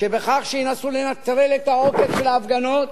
שבכך שינסו לנטרל את העוקץ של ההפגנות